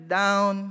down